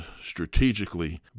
strategically